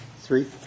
Three